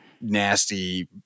nasty